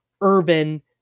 Irvin